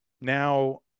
now